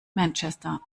manchester